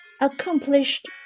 Accomplished